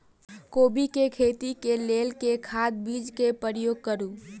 कोबी केँ खेती केँ लेल केँ खाद, बीज केँ प्रयोग करू?